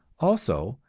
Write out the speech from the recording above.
also,